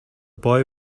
boy